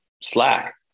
Slack